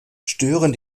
stören